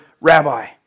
Rabbi